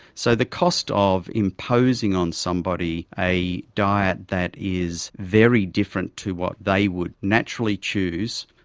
so the cost of imposing on somebody a diet that is very different to what they would naturally choose,